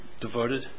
devoted